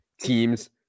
teams